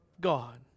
God